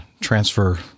transfer